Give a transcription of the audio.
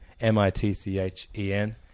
M-I-T-C-H-E-N